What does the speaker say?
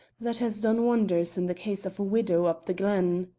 that has done wonders in the case of a widow up the glen.